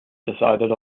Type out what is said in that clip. decided